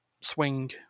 swing